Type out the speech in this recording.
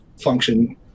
function